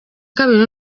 kabiri